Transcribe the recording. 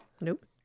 Nope